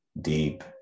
deep